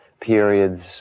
periods